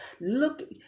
look